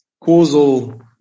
causal